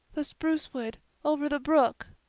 the spruce wood over the brook,